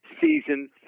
season